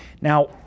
Now